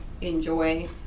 enjoy